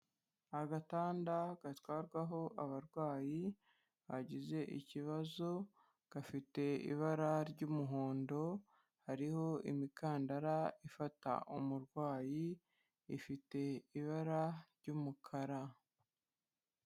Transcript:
Agatanda gatwarwaho abarwayi bagize ikibazo, gafite ibara ry'umuhondo hariho imikandara ifata umurwayi, ifite ibara ry'umukara.